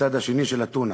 הצד השני של הטונה,